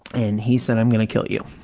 and he said, i'm going to kill you,